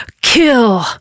Kill